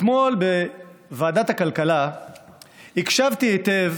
אתמול בוועדת הכלכלה הקשבתי היטב